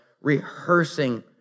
rehearsing